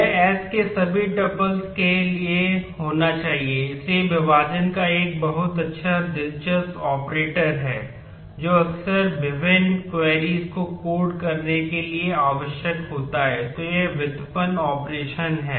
यह s के सभी टुपल है